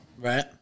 Right